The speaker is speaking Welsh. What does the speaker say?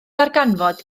ddarganfod